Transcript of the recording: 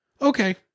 okay